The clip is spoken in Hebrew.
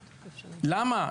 למה?